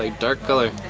ah dark color